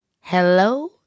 Hello